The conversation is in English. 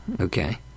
okay